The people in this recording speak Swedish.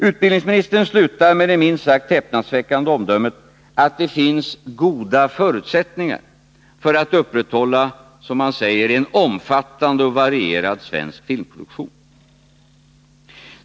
Utbildningsministern gör slutligen det minst sagt häpnadsväckande omdömet att det finns goda förutsättningar för att upprätthålla ”en omfattande och varierad svensk filmproduktion”.